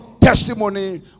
testimony